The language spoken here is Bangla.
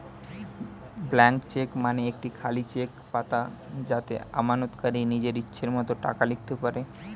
ব্লাঙ্ক চেক মানে একটি খালি চেক পাতা যাতে আমানতকারী নিজের ইচ্ছে মতো টাকা লিখতে পারে